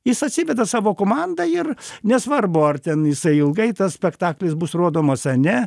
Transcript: jis atsiveda savo komandą ir nesvarbu ar ten jisai ilgai tas spektaklis bus rodomas a ne